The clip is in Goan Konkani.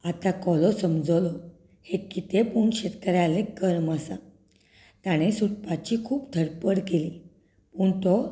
आतां कोलो समजलो हें कितें पूण शेतकाराचें कर्म आसा ताणें सुटपाची खूब धडपड केली पूण तो